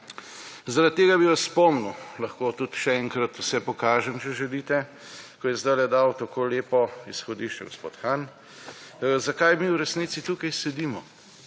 Zaradi tega bi vas spomnil ‒ lahko tudi še enkrat vse pokažem, če želite ‒, ko je zdajle dal tako lepo izhodišče gospod Han, zakaj mi v resnici tukaj sedimo.